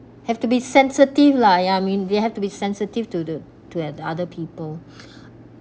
have to be sensitive lah ya I mean we have to be sensitive to to to at other people